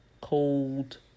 cold